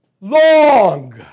long